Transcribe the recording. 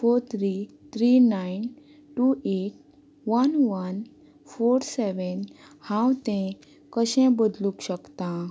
four three three nine two eight one one four seven हांव तें कशें बदलूंक शकता